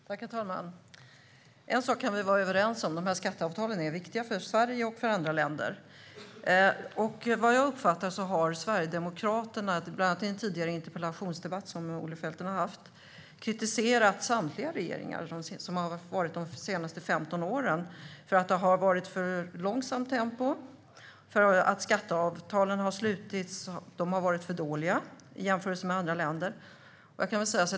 Herr talman! En sak kan vi vara överens om: De här skatteavtalen är viktiga för Sverige och för andra länder. Vad jag uppfattar har Sverigedemokraterna, bland annat i en tidigare debatt om en interpellation från Olle Felten, kritiserat samtliga regeringar under de senaste 15 åren för att det har varit för långsamt tempo och för att de skatteavtal som har slutits har varit för dåliga i jämförelse med andra länder.